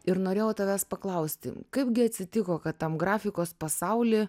ir norėjau tavęs paklausti kaipgi atsitiko kad tam grafikos pasauly